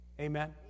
Amen